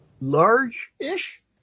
Large-ish